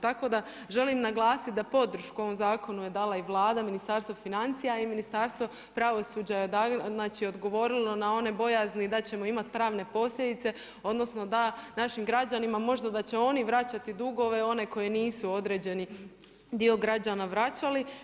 Tako da, želim naglasiti da podršku ovom zakonu je dala i Vlada, Ministarstvo financija i Ministarstvo pravosuđa je odgovorilo na one bojazni da ćemo imati pravne posljedice, odnosno da našim građanima, možda da će oni vraćati dugove one koje nisu određeni dio građani vraćali.